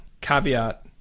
caveat